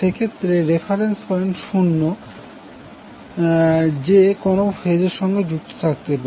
সেক্ষেত্রে reference point 0 যে কোন ফেজের সঙ্গে সংযুক্ত থাকতে পারে